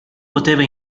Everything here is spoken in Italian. poteva